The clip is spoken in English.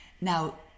Now